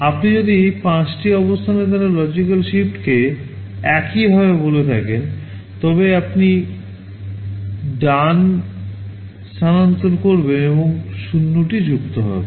আপনি যদি 5 টি অবস্থানের দ্বারা লজিকাল শিফট রাইটকে একইভাবে বলে থাকেন তবে আপনি ডান স্থানান্তর করবেন এবং 0 টি যুক্ত হবে